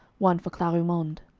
one for clarimonde.